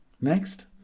Next